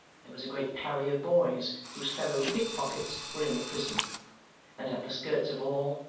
there was a great party of boys whose fellow-pickpockets were in the prison and at the skirts of all,